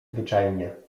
zwyczajnie